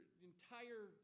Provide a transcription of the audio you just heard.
entire